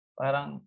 parang